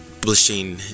publishing